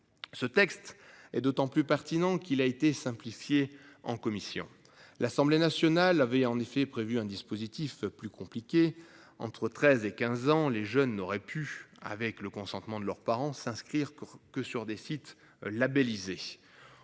Ce texte est d'autant plus partisans, qu'il a été simplifié en commission. L'Assemblée nationale avait en effet prévu un dispositif plus compliqué entre 13 et 15 ans, les jeunes n'aurait pu avec le consentement de leurs parents s'inscrire que sur des sites labellisés.